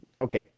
Okay